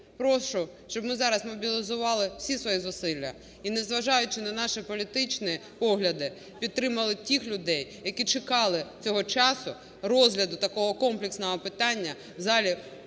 прошу, щоб ми зараз мобілізували всі свої зусилля. І не зважаючи на наші політичні погляди, підтримали тих людей, які чекали цього часу, розгляду такого комплексного питання, в залі